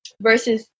versus